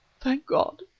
thank god!